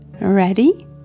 Ready